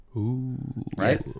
Right